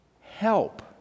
Help